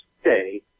stay